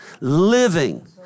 living